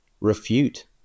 refute